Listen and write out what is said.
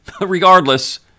Regardless